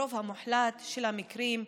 ברוב המוחלט של המקרים,